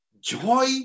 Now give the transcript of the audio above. joy